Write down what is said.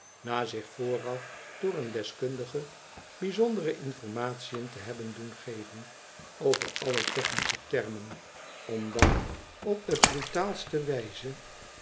na zich vooraf door een deskundige bijzondere informatiën te hebben doen geven over alle technische termen om dan op de brutaalste wijze